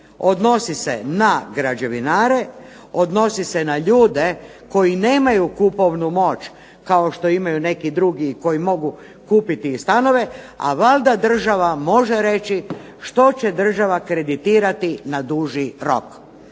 odnosi se na građevinare, odnosi se na ljude koji nemaju kupovnu moć kao što imaju neki drugi koji mogu kupiti stanove, a valjda država može reći što će država kreditirati na duži rok.